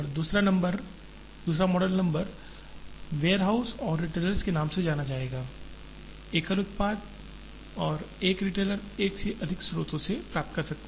दूसरा model number warehouse और retailers के नाम से जाना जाएगा एकल उत्पाद और एक रिटेलर एक से अधिक स्रोतों से प्राप्त कर सकते हैं